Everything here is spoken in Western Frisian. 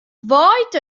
waait